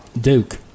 Duke